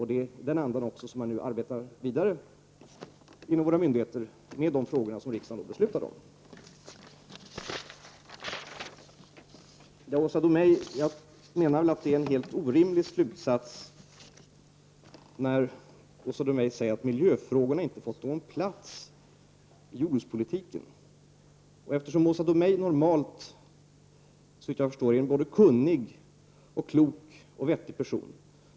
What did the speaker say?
Det är också i den andan som man arbetar vidare på våra myndigheter i de frågor som riksdagen har fattat beslut om. Det är en helt orimlig slutsats när Åsa Domeij säger att miljöfrågorna inte har fått någon plats i jordbrukspolitiken. Såvitt jag förstår är Åsa Domeij normalt en kunnig, klok och vettig person.